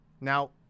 now